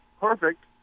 perfect